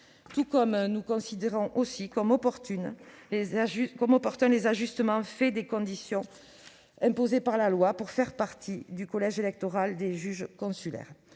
tribunal. Nous considérons également comme opportuns les ajustements effectués sur les conditions imposées par la loi pour faire partie du collège électoral des juges consulaires.